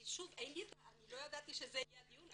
אני לא ידעתי שזה יהיה הדיון,